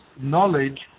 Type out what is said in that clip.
knowledge